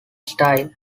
style